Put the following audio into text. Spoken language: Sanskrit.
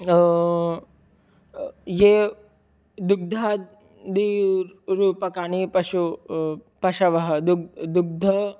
ये दुग्धादि रूपकाणि पशु पशवः दुग्धं दुग्धं